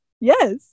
Yes